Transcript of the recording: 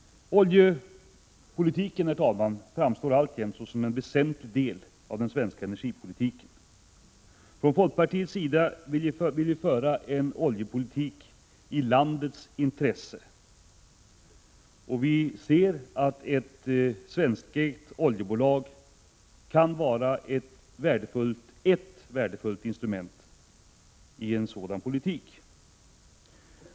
Oljepolitiken framstår alltjämt såsom en väsentlig del av den svenska energipolitiken. Folkpartiet vill föra en oljepolitik i landets intresse. Vi ser att ett svenskägt oljebolag kan vara ett värdefullt instrument i en sådan politik.